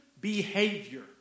behavior